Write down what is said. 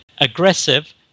aggressive